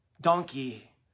donkey